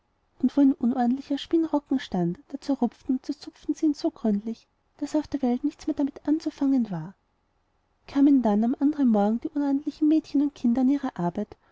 und wo ein unordentlicher spinnrocken stand da zerrupften und zerzupften sie ihn so gründlich daß auf der welt nichts mehr damit anzufangen war kamen dann am andern morgen die unordentlichen mädchen und kinder an ihre arbeit